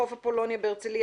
חוף אפולוניה בהרצליה,